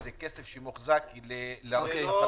"או", להוסיף חלופה.